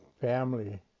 family